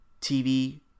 TV